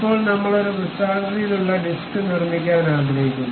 ഇപ്പോൾ നമ്മൾ ഒരു വൃത്താകൃതിയിലുള്ള ഡിസ്ക് നിർമ്മിക്കാൻ ആഗ്രഹിക്കുന്നു